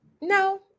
No